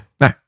No